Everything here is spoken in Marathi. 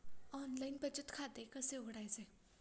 ऑनलाइन बचत खाते कसे उघडायचे?